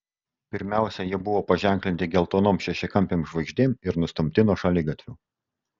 pirmiausia jie buvo paženklinti geltonom šešiakampėm žvaigždėm ir nustumti nuo šaligatvių